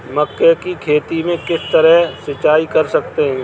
मक्के की खेती में किस तरह सिंचाई कर सकते हैं?